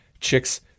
chicks